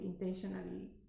intentionally